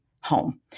home